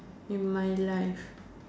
in my life